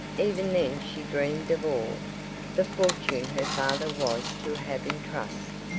even then she dreamed of all the fortune her father was to have in trust,